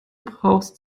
brauchst